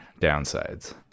downsides